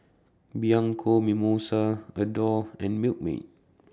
Bianco Mimosa Adore and Milkmaid